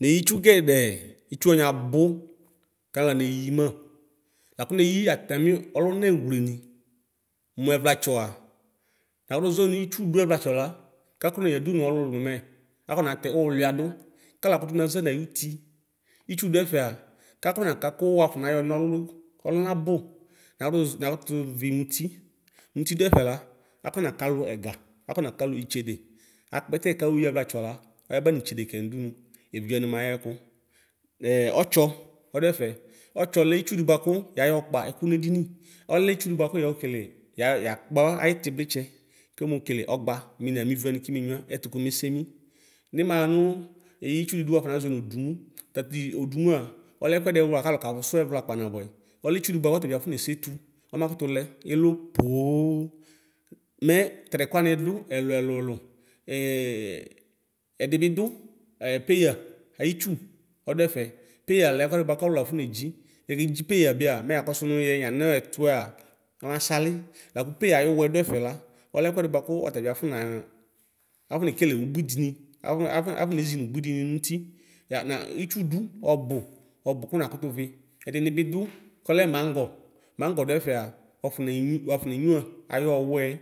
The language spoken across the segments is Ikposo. Neyitsu gɛdɛɛ itsuwani abu kaniɣla neyima, laku neyi atamiu ɔlunɛowleni: Muevlatsoa nakutuzo nitsu du evlatso la kakone yadu nolulu nume, afonate uluiadu kaluakutu naza nayuti. Itsu duefea kakonaka ku wuafonayo nolu olunabu. Nakutuzi nakutuvi muti: nuti duefela akonakalu ega, akonakalu itsede. Akpɛtɛ kayoyirvlatso la oyaba nitsede kɛ nudunu, evidzewani mayeku. Bɛɛ otsɔ oduefe. Ɔtso lɛ itsudi buaku yayɔ kpa ɛkunedini. Ɔlɛ itsudi buaku yɔɔ kele yaɔ yakpao ayitsiblitse kemokele ogba mi namiviwani kimenyuia ɛtukomesemi. Nimava nu itsudidu wuaƒɔ nazoe nu dunu tati odunuea, ɔlɛ ekuedi bua kɔtabiafone setu; kɔmakutule ilupooo. Mɛ tatɛkuami du elu ehu elu ɛdibi du ɛ peya ayitsu ɔduɛfɛ. Peyǝlɛ ekuedi bua kɔlu afonedzi. Ekedzi peyǝ biaa me yakosu nu yɛ yanetuɛa olasali, laku peya ayuwuɛ duɛfɛla, olekuedi buakuu otabiafɔna. Afonekele ubui dini aɔna. Aonezi nubui dini nuti. Ya na itsudzu obu, obu ku nakutuvi. Edini ni du kole maŋgo. Maŋgo duefea wuafone. Wuafonenyuia ayowue,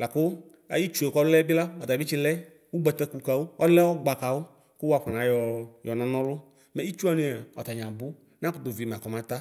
laku ayitsue kole bila, ɔtabitsile ugbataku kawu ɔlɛ ɔgba kawu ku. Wuakɔnayɔɔ yɔnanɔlu. Mɛitsuwania ɔtaniabu nakutuvima kɔmata.